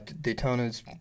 daytona's